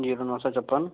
zero नौ सौ छप्पन